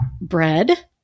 bread